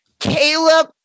Caleb